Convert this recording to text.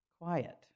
quiet